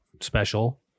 special